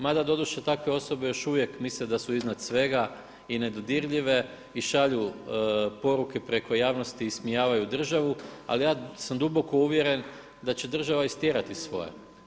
Mada doduše takve osobe još uvijek misle da su iznad svega i nedodirljive i šalju poruke preko javnosti, ismijavaju državu, ali ja sam duboko uvjeren da će država istjerati svoje.